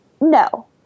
No